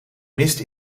mist